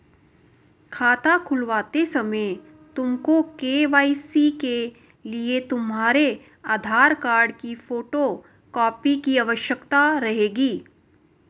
खाता खुलवाते समय तुमको के.वाई.सी के लिए तुम्हारे आधार कार्ड की फोटो कॉपी की आवश्यकता रहेगी